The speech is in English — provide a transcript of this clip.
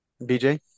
BJ